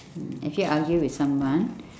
have you argue with someone